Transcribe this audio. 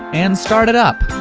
and start it up.